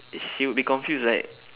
she would be confused right